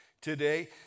today